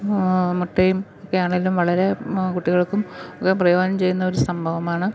മുട്ടയും ഒക്കെയാണേലും വളരെ കുട്ടികൾക്കും ഒക്കെ പ്രയോജനം ചെയ്യുന്നൊരു സംഭവമാണ്